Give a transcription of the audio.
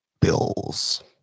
Bills